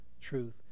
truth